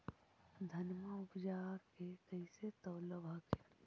धनमा उपजाके कैसे तौलब हखिन?